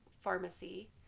Pharmacy